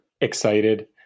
excited